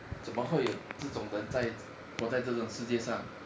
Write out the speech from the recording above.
怎么会有这种人在活在这种世界上